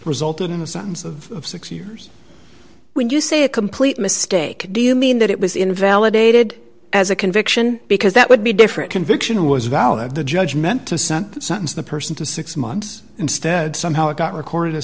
resulted in a sentence of six years when you say a complete mistake do you mean that it was invalidated as a conviction because that would be different conviction was valid the judge meant to send the sentence the person to six months instead somehow it got recorded a